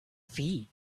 feet